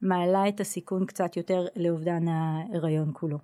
מעלה את הסיכון קצת יותר לאובדן ההריון כולו